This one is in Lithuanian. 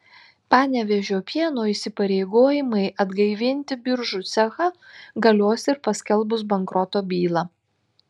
panevėžio pieno įsipareigojimai atgaivinti biržų cechą galios ir paskelbus bankroto bylą